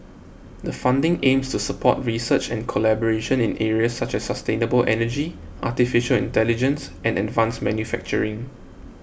the funding aims to support research and collaboration in areas such as sustainable energy Artificial Intelligence and advanced manufacturing